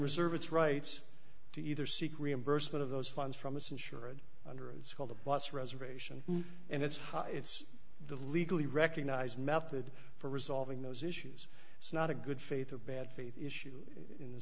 reserve its rights to either seek reimbursement of those funds from its insured under it's called a boss reservation and it's it's the legally recognized method for resolving those issues it's not a good faith or bad faith issue in the